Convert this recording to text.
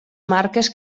marques